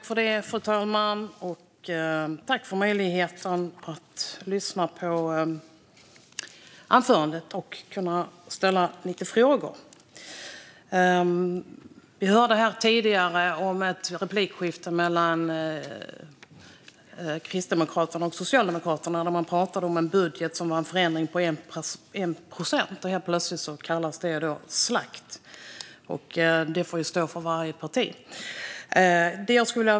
Fru talman! Tack för möjligheten att lyssna på anförandet och kunna ställa lite frågor! Vi hörde tidigare ett replikskifte mellan Kristdemokraterna och Socialdemokraterna där man pratade om en budget som var en förändring på 1 procent. Helt plötsligt kallas det för slakt. Det får ju stå för varje parti.